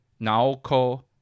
naoko